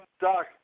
Doc